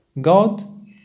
God